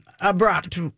abrupt